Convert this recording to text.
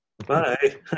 Bye